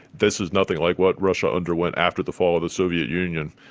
this is nothing like what russia underwent after the fall of the soviet union.